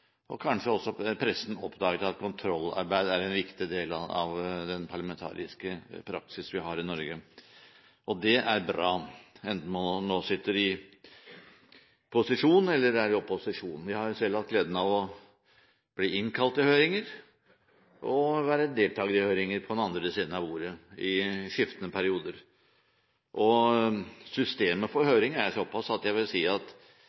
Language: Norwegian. og kanskje har også pressen oppdaget at kontrollarbeid er en viktig del av den parlamentariske praksis vi har i Norge. Det er bra – enten man sitter i posisjon eller er i opposisjon. Jeg har selv hatt gleden av å bli innkalt til høringer og å være deltaker i høringer – sitte på den andre siden av bordet – i skiftende perioder. Systemet for høringer er slik at jeg vil si at